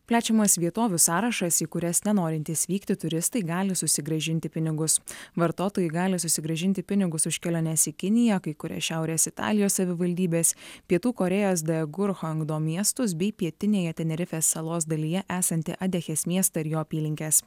plečiamas vietovių sąrašas į kurias nenorintys vykti turistai gali susigrąžinti pinigus vartotojai gali susigrąžinti pinigus už keliones į kiniją kai kurias šiaurės italijos savivaldybės pietų korėjos daegu ir cheongdo miestus bei pietinėje tenerifės salos dalyje esantį adechės miestą ir jo apylinkes